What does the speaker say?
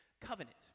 covenant